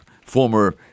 former